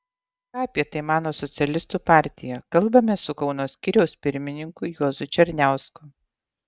ką apie tai mano socialistų partija kalbamės su kauno skyriaus pirmininku juozu černiausku